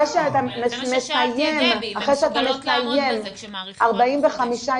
זה אבסורד.